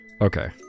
Okay